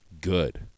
good